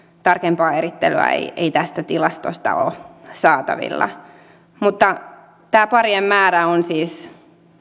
tarkempaa erittelyä ei ei tästä tilastosta ole saatavilla mutta tämä parien määrä on siis